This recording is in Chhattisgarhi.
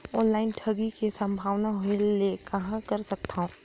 ऑनलाइन ठगी के संभावना होय ले कहां कर सकथन?